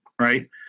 right